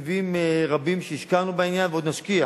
תקציבים רבים שהשקענו בעניין ועוד נשקיע